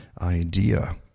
idea